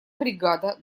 бригада